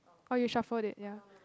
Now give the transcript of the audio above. oh you shuffled it ya